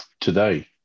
today